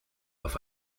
auf